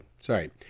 Sorry